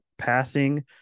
passing